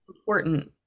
important